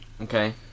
Okay